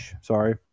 sorry